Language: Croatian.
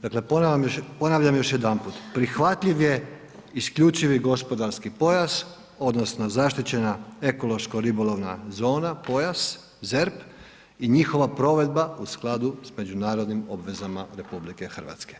Dakle ponavljam još jedanput, prihvatljiv je isključivi gospodarski pojas, odnosno zaštićena ekološko ribolovna zona, pojas, ZERP i njihova provedba u skladu sa međunarodnim obvezama RH.